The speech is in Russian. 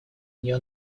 нее